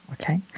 Okay